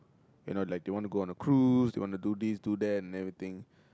you know like they want to go on a cruise they want to do this do that and everything